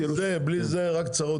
בלי זה יהיו לכם רק צרות,